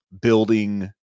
building